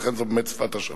ולכן זו באמת שפת השלום.